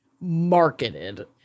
marketed